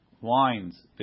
wines